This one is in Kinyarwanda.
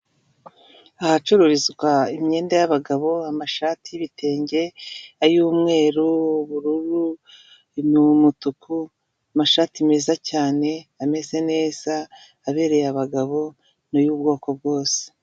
Ahacururizwa imyenda y'abagabo amashati y'ibitenge ay'umweru, ubururu, umutuku, amashati meza cyane ameze neza abereye abagabo n'uy'ubwoko bwose.